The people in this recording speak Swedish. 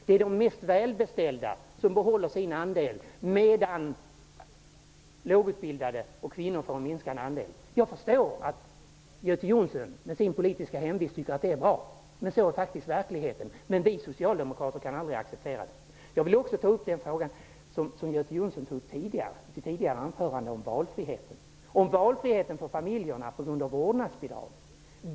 Det är de mest välbeställda som behåller sin andel, medan lågutbildade och kvinnor får en minskad andel. Jag förstår att Göte Jonsson, med sin politiska hemvist, tycker att det är bra. Sådan är verkligheten, men vi socialdemokrater kan aldrig acceptera den. Jag vill också ta upp familjernas valfrihet med vårdnadsbidrag, något som Göte Jonsson nämnde i sitt tidigare anförande.